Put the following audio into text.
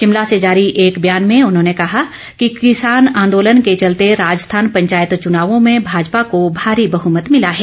शिमला से जारी एक बयान में उन्होंने कहा कि किसान आंदोलन के चलते राजस्थान पंचायत चुनावों में भाजपा को भारी बहुमत मिला है